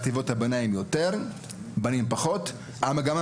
חטיבת הביניים בנות נושרות יותר ובתיכון המגמה